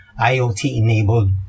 IoT-enabled